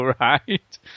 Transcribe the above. right